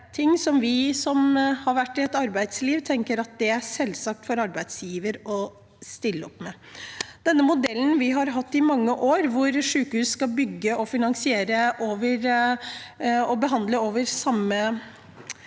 ting som vi som har vært i arbeidslivet, tenker at det er selvsagt for en arbeidsgiver å stille opp med. Denne modellen, som vi har hatt i mange år, hvor sykehus skal bygges, finansieres og behandles over samme